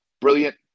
Brilliant